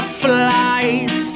flies